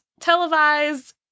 televised